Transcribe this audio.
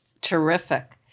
Terrific